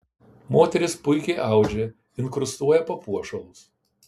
moterys puikiai audžia inkrustuoja papuošalus